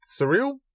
surreal